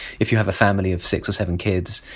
if you have a family of six or seven kids.